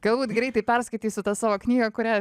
galbūt greitai perskaitysiu tą savo knygą kurią